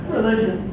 Religion